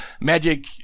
Magic